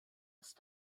ist